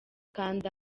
kanda